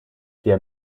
der